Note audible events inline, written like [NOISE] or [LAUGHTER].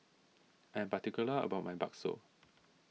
[NOISE] I am particular about my Bakso